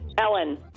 Ellen